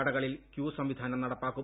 കടകളിൽ ക്യൂ സംവിധാനം നടപ്പാക്കും